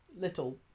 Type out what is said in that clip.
little